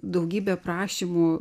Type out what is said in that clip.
daugybė prašymų